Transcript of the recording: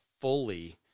fully